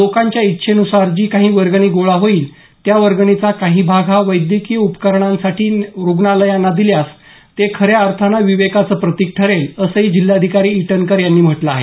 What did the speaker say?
लोकांच्या इच्छेन्सार जी काही वर्गणी गोळा होईल त्या वर्गणीचा काही भाग हा वैद्यकीय उपकरणांसाठी रुग्णालयांना दिल्यास ते खऱ्या अर्थानं विवेकाचं प्रतिक ठरेल असही जिल्हाधिकारी इटनकर यांनी म्हटल आहे